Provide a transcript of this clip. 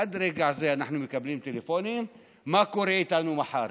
עד רגע זה אנחנו מקבלים טלפונים: מה קורה איתנו מחר?